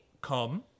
come